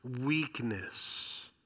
weakness